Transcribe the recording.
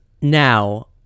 now